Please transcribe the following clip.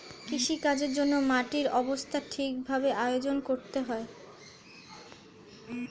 কৃষিকাজের জন্যে মাটির অবস্থা ঠিক ভাবে আয়োজন করতে হয়